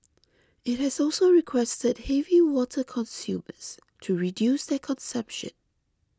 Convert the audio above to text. it has also requested heavy water consumers to reduce their consumption